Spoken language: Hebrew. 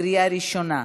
בקריאה ראשונה.